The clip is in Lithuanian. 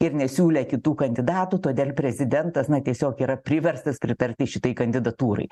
ir nesiūlė kitų kandidatų todėl prezidentas na tiesiog yra priverstas pritarti šitai kandidatūrai